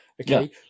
okay